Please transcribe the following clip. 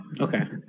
Okay